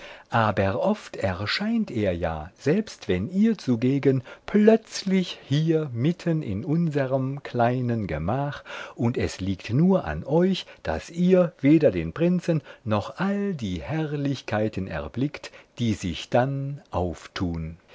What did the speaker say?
aber oft erscheint er ja selbst wenn ihr zugegen plötzlich hier mitten in unserem kleinen gemach und es liegt nur an euch daß ihr weder den prinzen noch all die herrlichkeiten erblickt die sich dann auftun